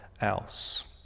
else